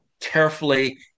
carefully